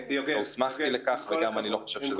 לא הוסמכתי לכך ואני לא חושב שזה ראוי.